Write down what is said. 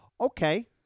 okay